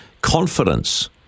confidence